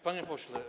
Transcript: Panie Pośle!